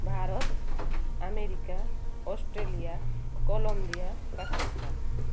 Bharat America Australia Colombia Pakistan